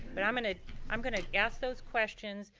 but i'm gonna i'm gonna ask those questions.